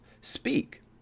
speak